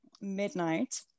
midnight